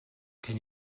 can